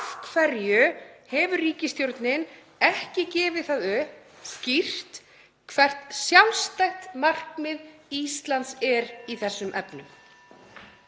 Af hverju hefur ríkisstjórnin ekki gefið það upp skýrt hvert sjálfstætt markmið Íslands er í þessum efnum?